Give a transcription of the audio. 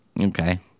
okay